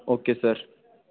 okay sir